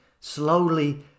slowly